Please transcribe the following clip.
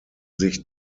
sich